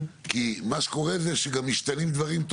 כי מה שקורה זה שגם משתנים דברים וכללי